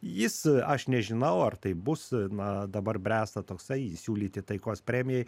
jis aš nežinau ar taip bus na dabar bręsta toksai siūlyti taikos premijai